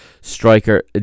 striker